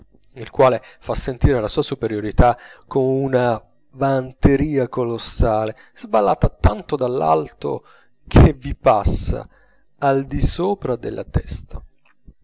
il quale fa sentire la sua superiorità con una vanteria colossale sballata tanto dall'alto che vi passa al di sopra della testa